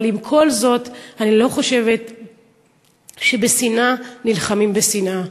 אבל עם כל זה, אני לא חושבת שבשנאה נלחמים בשנאה.